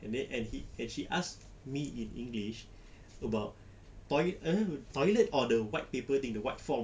and then and he and she asked me in english about toi~ I don't know toilet or the white paper thing the white form